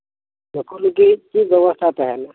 ᱛᱚᱠᱷᱚᱱ ᱞᱟᱹᱜᱤᱫ ᱪᱮᱫ ᱵᱮᱵᱚᱥᱛᱟ ᱛᱟᱦᱮᱱᱟ